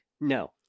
No